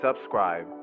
subscribe